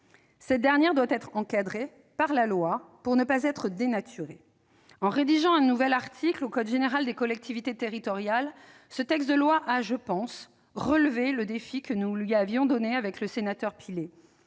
Cette dernière doit être encadrée par la loi, pour ne pas être dénaturée. En rédigeant un nouvel article du code général des collectivités territoriales, ce texte de loi a, je pense, relevé le défi que je lui avais donné avec le sénateur